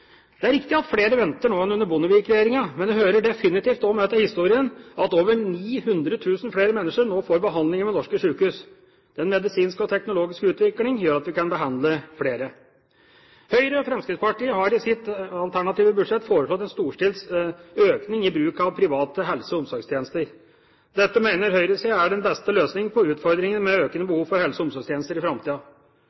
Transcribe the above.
Det er riktig at flere venter nå enn under Bondevik-regjeringa, men det hører definitivt også med til historien at over 90 000 flere mennesker nå får behandling ved norske sykehus. Den medisinske og teknologiske utviklingen gjør at vi kan behandle flere. Høyre og Fremskrittspartiet har i sine alternative budsjetter foreslått en storstilt økning i bruk av private helse- og omsorgstjenester. Dette mener høyresiden er den beste løsning på utfordringene med økende